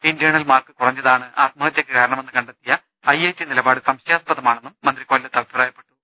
internal mark കുറഞ്ഞതാണ് ആത്മഹത്യക്ക് കാരണമെന്ന് കണ്ടെത്തിയ ഐ ഐ ടിര്നിലപാട് സംശയാ സ്പദമാണെന്നും മന്ത്രി കൊല്ലത്ത് പറഞ്ഞു